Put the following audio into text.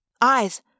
Eyes